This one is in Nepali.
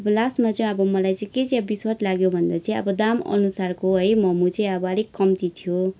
लास्टमा चाहिँ अब मलाई चाहिँ के चाहिँ बिस्वाद लाग्यो भन्दा चाहिँ अब दाम अनुसारको मोमो चाहिँ अब अलिक कम्ती थियो